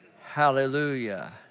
hallelujah